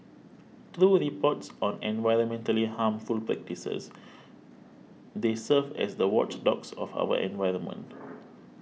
through reports on environmentally harmful practices they serve as the watchdogs of our environment